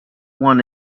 want